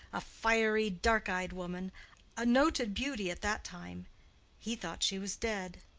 a fiery dark-eyed woman a noted beauty at that time he thought she was dead.